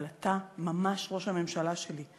אבל אתה ממש ראש הממשלה שלי.